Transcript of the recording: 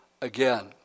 again